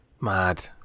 Mad